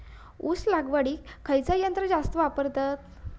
ऊस लावडीक खयचा यंत्र जास्त वापरतत?